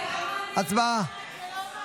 הצבעה.